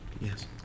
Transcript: Yes